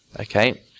Okay